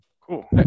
Cool